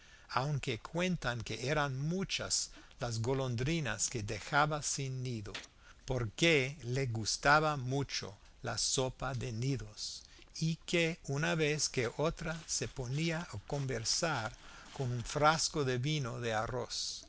aunque cuentan que eran muchas las golondrinas que dejaba sin nido porque le gustaba mucho la sopa de nidos y que una vez que otra se ponía a conversar con un frasco de vino de arroz